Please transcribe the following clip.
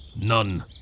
None